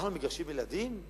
אנחנו מגרשים ילדים?